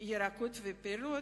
ירקות ופירות,